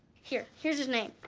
here, here's his name.